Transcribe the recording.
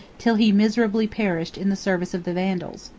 till he miserably perished in the service of the vandals.